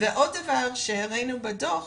עוד דבר שהראינו בדו"ח,